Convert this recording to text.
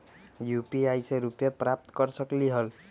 UPI से रुपए प्राप्त कर सकलीहल?